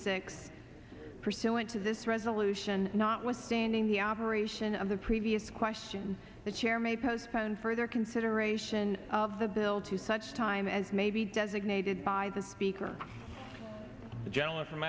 six pursuant to this resolution notwithstanding the operation of the previous question the chair may postpone further consideration of the bill to such time as may be designated by the speaker the gentleman from